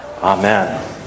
Amen